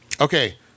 Okay